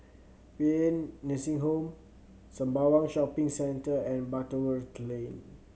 Paean Nursing Home Sembawang Shopping Centre and Butterworth Lane